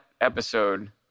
episode